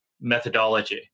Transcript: methodology